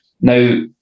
Now